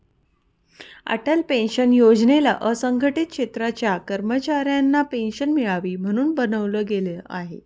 Atal pension योजनेला असंघटित क्षेत्राच्या कर्मचाऱ्यांना पेन्शन मिळावी, म्हणून बनवलं गेलं आहे